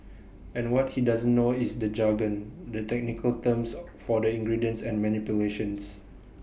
and what he doesn't know is the jargon the technical terms for the ingredients and manipulations